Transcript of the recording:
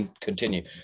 continue